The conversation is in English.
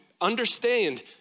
understand